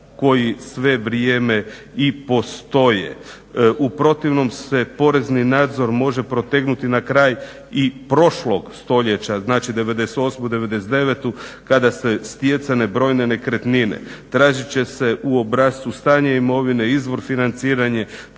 koji sve vrijeme i postoje. U protivnom se porezni nadzor može protegnuti na kraj i prošlog stoljeća, znači '98., '99. kada su stjecane brojne nekretnine. Tražit će se u obrascu stanje imovine, izvor financiranja